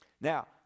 Now